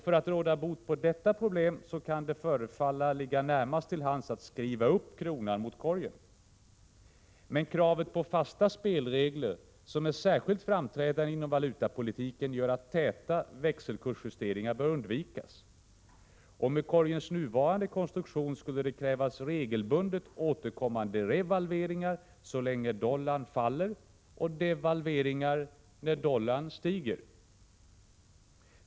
För att råda bot på detta problem kan det förefalla ligga närmast till hands att skriva upp kronan mot korgen. Men kravet på fasta spelregler, som är särskilt framträdande inom valutapolitiken, gör att täta växelkursjusteringar bör undvikas. Och med korgens nuvarande konstruktion skulle det krävas regelbundet återkommande revalveringar så länge dollarn faller och devalveringar när dollarn stiger.